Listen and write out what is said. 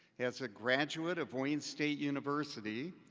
as a graduate of wayne state university,